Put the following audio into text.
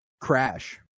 crash